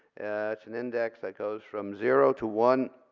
it's an index that goes from zero to one.